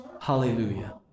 hallelujah